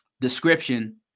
description